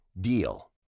DEAL